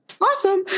awesome